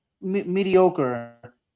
mediocre